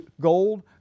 gold